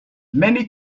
many